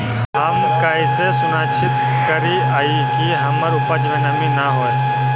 हम कैसे सुनिश्चित करिअई कि हमर उपज में नमी न होय?